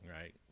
Right